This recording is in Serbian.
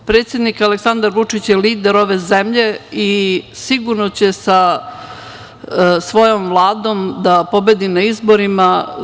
Predsednik Aleksandar Vučić je lider ove zemlje i sigurno će sa svojom Vladom da pobedi na izborima.